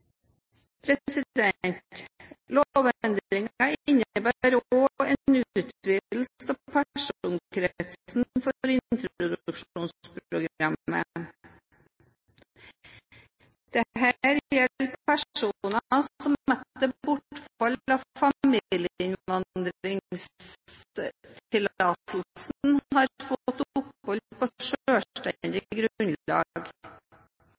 utvidelse av personkretsen for introduksjonsprogrammet. Dette gjelder personer som etter bortfall av familieinnvandringstillatelsen har fått opphold på